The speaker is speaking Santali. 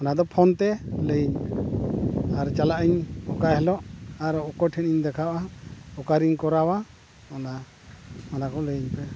ᱚᱱᱟᱫᱚ ᱯᱷᱳᱱ ᱛᱮ ᱞᱟᱹᱭᱟᱹᱧ ᱢᱮ ᱟᱨ ᱪᱟᱞᱟᱜ ᱟᱹᱧ ᱚᱠᱟ ᱦᱤᱞᱳᱜ ᱟᱨ ᱚᱠᱚᱭ ᱴᱷᱮᱱᱤᱧ ᱫᱮᱠᱷᱟᱣᱟ ᱚᱠᱟᱨᱤᱧ ᱠᱚᱨᱟᱣᱟ ᱚᱱᱟ ᱚᱱᱟᱠᱚ ᱞᱟᱹᱭᱟᱹᱧ ᱯᱮ